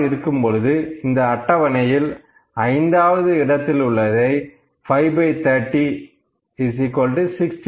இவ்வாறு இருக்கும் போது இந்த அட்டவணையில் 5வது இடத்தில் உள்ளதை 530 16